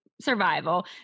survival